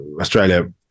Australia